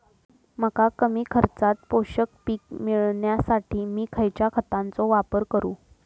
मका कमी खर्चात पोषक पीक मिळण्यासाठी मी खैयच्या खतांचो वापर करू?